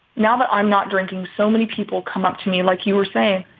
now that i'm not drinking, so many people come up to me like you were saying,